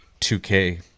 2k